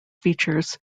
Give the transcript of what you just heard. features